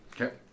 Okay